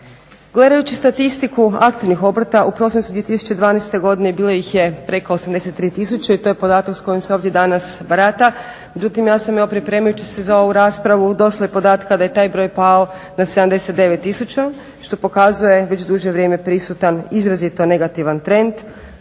Gledajući statistiku aktivnih obrta u prosincu 2012. godine bilo ih je preko 83 tisuće i to je podatak s kojim se ovdje danas barata. Međutim, ja sam evo pripremajući se za ovu raspravu došla do podatka da je taj broj pao na 79 tisuća što pokazuje već duže vrijeme prisutan izrazito negativan trend